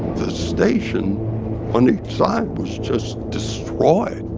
the station on the inside was just destroyed.